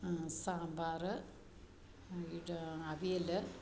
സാമ്പാറ് ഇഴാ അവിയല്